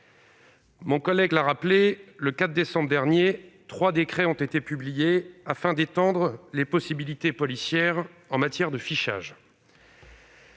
Mon collègue l'a rappelé, le 4 décembre dernier, trois décrets ont été publiés afin d'étendre les possibilités policières en matière de fichage.